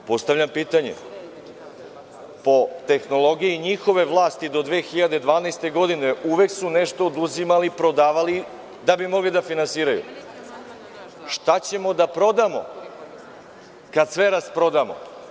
Postavljam pitanje, po tehnologiji njihove vlasti do 2012. godine uvek su nešto oduzimali, prodavali da bi mogli da finansiraju, šta ćemo da prodamo kada sve rasprodamo?